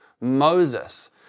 Moses